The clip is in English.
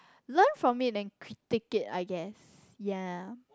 learn from it and critic it I guess yea